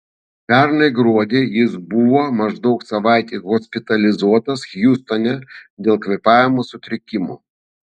pernai gruodį jis buvo maždaug savaitei hospitalizuotas hjustone dėl kvėpavimo sutrikimų